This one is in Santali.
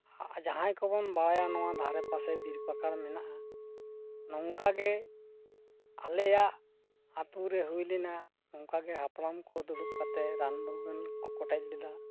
ᱡᱟᱦᱟᱸᱭ ᱠᱚᱵᱚᱱ ᱵᱟᱲᱟᱭᱟ ᱱᱚᱣᱟ ᱫᱷᱟᱨᱮ ᱯᱟᱥᱮ ᱵᱤᱨ ᱯᱟᱠᱟᱲ ᱢᱮᱱᱟᱜᱼᱟ ᱱᱚᱝᱠᱟ ᱜᱮ ᱟᱞᱮᱭᱟᱜ ᱟᱹᱛᱩ ᱨᱮ ᱦᱩᱭ ᱞᱮᱱᱟ ᱱᱚᱝᱠᱟ ᱜᱮ ᱦᱟᱯᱲᱟᱢ ᱠᱚ ᱫᱩᱲᱩᱵ ᱠᱟᱛᱮ ᱨᱟᱱᱼᱢᱩᱨᱜᱟᱹᱱ ᱠᱚ ᱠᱚᱴᱮᱡ ᱞᱮᱫᱟ